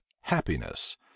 happiness